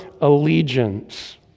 allegiance